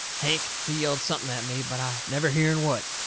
hank, he yelled something at me, but i never hearn what.